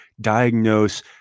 diagnose